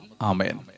Amen